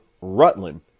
Rutland